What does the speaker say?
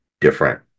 different